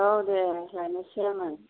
औ दे लायनोसै आङो